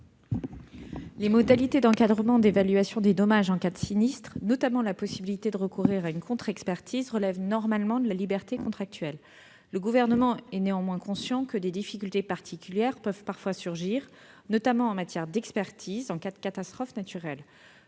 Les modalités d'encadrement, d'évaluation des dommages en cas de sinistre, notamment la possibilité de recourir à une contre-expertise, relèvent normalement de la liberté contractuelle. Le Gouvernement est néanmoins conscient que des difficultés particulières peuvent parfois surgir, notamment en matière d'expertise en cas de catastrophe naturelle.